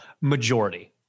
majority